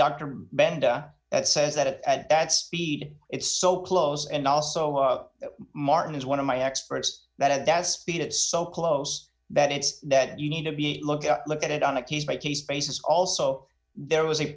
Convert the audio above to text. banda that says that at that speed it's so close and also martin is one of my experts that at that speed it's so close that it's that you need to be look at look at it on a case by case basis also there was a